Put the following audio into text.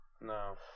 No